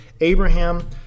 Abraham